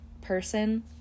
person